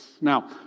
Now